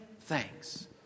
thanks